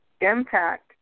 impact